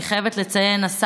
אני חייבת לציין, השר,